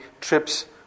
trips